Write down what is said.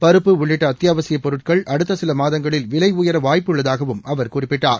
பருப்பு உள்ளிட்ட அத்தியாவசியப் பொருட்கள் அடுத்த சில மாதங்களில் விலை உயர வாய்ப்பு உள்ளதாகவும் அவர் குறிப்பிட்டார்